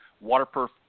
Waterproof